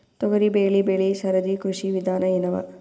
ತೊಗರಿಬೇಳೆ ಬೆಳಿ ಸರದಿ ಕೃಷಿ ವಿಧಾನ ಎನವ?